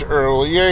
early